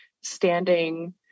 standing